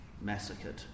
massacred